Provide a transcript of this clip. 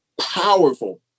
powerful